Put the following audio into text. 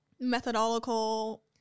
methodological